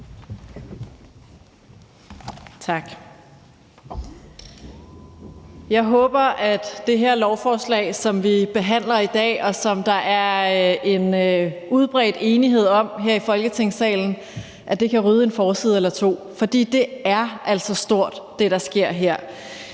Jeg håber, at det her lovforslag, som vi behandler i dag, og som der er en udbredt enighed om her i Folketingssalen, kan rydde en forside eller to. For det, der sker her,